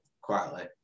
quietly